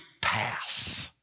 pass